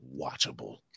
watchable